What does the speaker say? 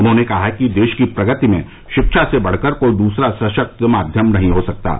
उन्होंने कहा कि देश की प्रगति में शिक्षा से बढ़कर कोई दूसरा सशक्त माध्यम नहीं है